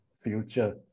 future